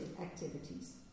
activities